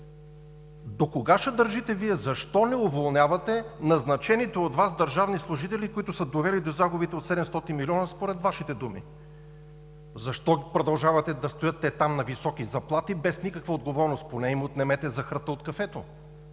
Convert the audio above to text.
докога ще държите… Вие, защо не уволнявате назначените от Вас държавни служители, които са довели до загубите от 700 милиона, според Вашите думи? Защо те продължават да стоят там на високи заплати, без никаква отговорност? Поне им отнемете захарта от кафето.